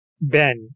Ben